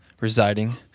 residing